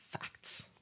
facts